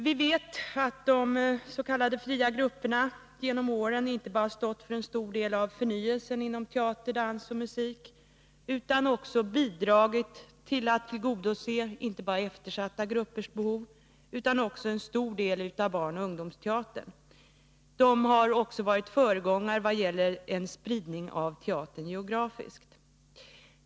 Vi vet att de s.k. fria grupperna genom åren har stått för en stor del av förnyelsen inom teater, dans och musik och har bidragit till att tillgodose inte bara eftersatta gruppers behov utan också en stor del av barnoch ungdomsteatern. De har också varit föregångare i vad gäller en spridning av teatern geografiskt.